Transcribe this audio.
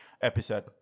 episode